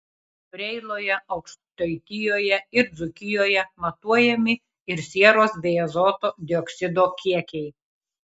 preiloje aukštaitijoje ir dzūkijoje matuojami ir sieros bei azoto dioksido kiekiai